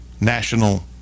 national